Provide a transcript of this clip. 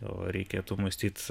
o reikėtų mąstyt